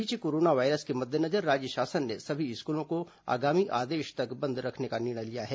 इस बीच corona virus के मद्देनजर राज्य शासन ने सभी स्कूलों को आगामी आदेश तक बंद रखने का निर्णय लिया है